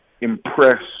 impress